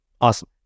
Awesome